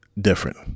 different